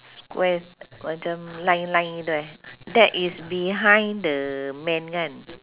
squares macam line line gitu eh that is behind the man kan